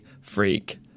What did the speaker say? freak